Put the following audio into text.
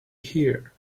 here